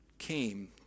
came